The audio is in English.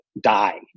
die